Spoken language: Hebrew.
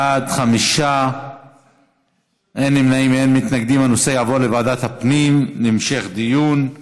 ההצעה להעביר את הנושא לוועדת הפנים והגנת הסביבה נתקבלה.